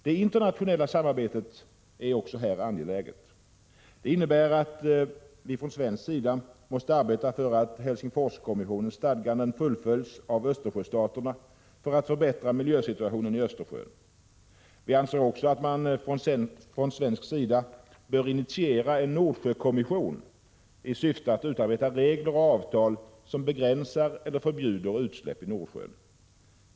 Det internationella samarbetet är också här angeläget. Det innebär att vi från svensk sida måste arbeta för att Helsingforskommissionens stadganden fullföljs av Östersjöstaterna så att miljösituationen i Östersjön förbättras. Vi anser också att man från svensk sida bör initiera en Nordsjökommission i syfte att utarbeta regler och avtal som begränsar eller förbjuder utsläpp till Nordsjön.